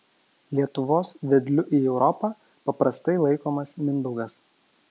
lietuvos vedliu į europą paprastai laikomas mindaugas